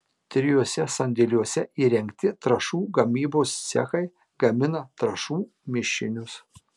trijuose sandėliuose įrengti trąšų gamybos cechai gamina trąšų mišinius